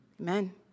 Amen